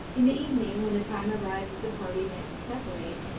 in the evening, when the time arrived that the party meant to separate,